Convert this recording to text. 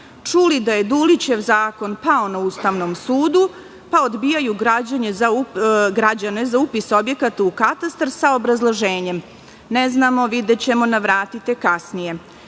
čuli da je Dulićev zakon pao na Ustavnom sudu, pa odbijaju građane za upis objekata u Katastar sa obrazloženjem – ne znamo, videćemo, navratite kasnije.